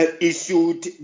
issued